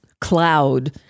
cloud